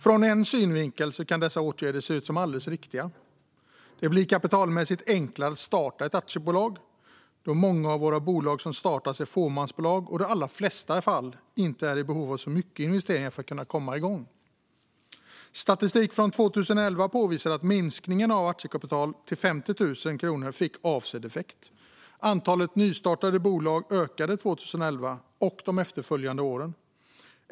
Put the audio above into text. Från en synvinkel kan dessa åtgärder se ut som alldeles riktiga. Det blir kapitalmässigt enklare att starta ett aktiebolag, då många av våra bolag som startas är fåmansbolag och i de allra flesta fall inte är i behov av så mycket investeringar för att kunna komma igång. Statistik från 2011 påvisar att minskningen av aktiekapital till 50 000 kronor fick avsedd effekt. Antalet nystartade bolag ökade 2011 och de efterföljande åren.